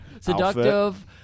Seductive